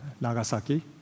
Nagasaki